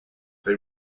they